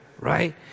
right